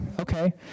Okay